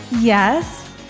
Yes